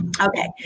okay